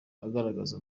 agaragaza